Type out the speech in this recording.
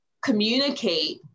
communicate